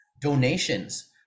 donations